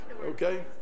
Okay